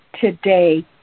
today